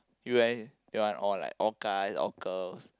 you leh you want all like all guy all girls